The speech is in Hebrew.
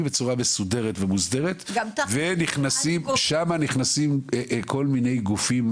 בצורה מסודרת ומוסדרת ושם נכנסים כל מיני גופים